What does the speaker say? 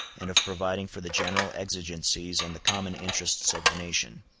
and of providing for the general exigencies and the common interests of the nation.